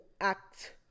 act